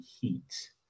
Heat